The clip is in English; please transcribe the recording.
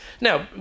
Now